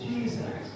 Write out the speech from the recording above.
Jesus